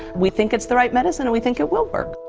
we think it's the right medicine and we think it will work.